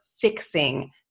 fixing